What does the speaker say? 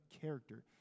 character